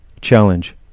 challenge